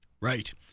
Right